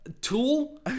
tool